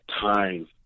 time